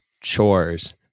chores